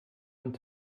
und